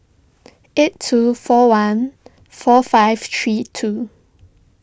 eight two four one four five three two